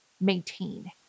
maintain